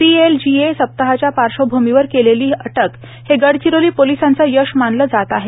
P L G A सप्ताहाच्या पार्श्वभूमीवर केलेली अटक हे गडचिरोली पोलिसांचे यश मानले जात आहे